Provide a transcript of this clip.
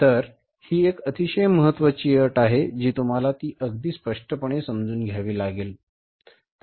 तर ही एक अतिशय महत्वाची अट आहे जी तुम्हाला ती अगदी स्पष्टपणे समजून घ्यावी लागेल